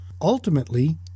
Ultimately